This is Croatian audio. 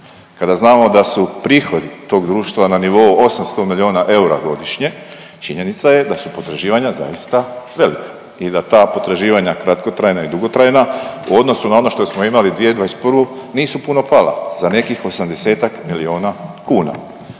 Kada znamo da su prihodi tog društva na nivou 800 milijuna eura godišnje, činjenica je da su potraživanja zaista velika i da ta potraživanja kratkotrajna i dugotrajna u odnosu na ono što smo imali 2021. nisu puno pala za nekih 80-ak milijuna kuna.